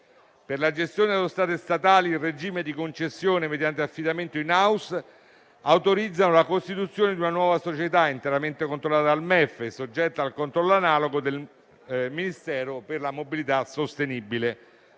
per la gestione delle autostrade statali in regime di concessione mediante affidamenti *in* *house* autorizzano la costituzione di una nuova società, interamente controllata dal MEF e soggetta al controllo analogo del Ministero delle infrastrutture